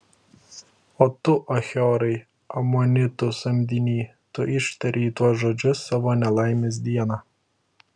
o tu achiorai amonitų samdiny tu ištarei tuos žodžius savo nelaimės dieną